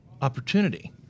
opportunity